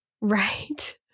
Right